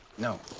no.